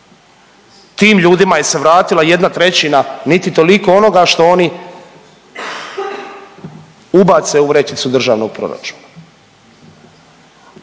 Tim ljudima se vratila 1/3, niti toliko onoga što oni ubace u vrećicu državnog proračuna.